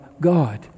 God